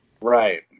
Right